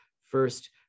First